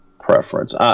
preference